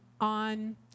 on